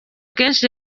kenshi